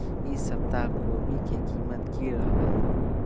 ई सप्ताह कोवी के कीमत की रहलै?